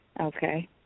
Okay